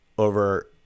over